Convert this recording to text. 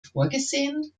vorgesehen